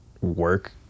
work